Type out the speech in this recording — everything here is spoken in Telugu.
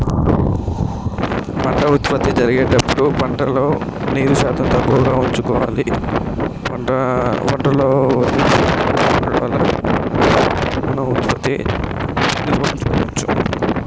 పంట ఉత్పత్తి జరిగేటప్పుడు ఎలా నిల్వ చేసుకోవాలి?